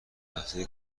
نحوه